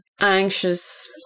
anxious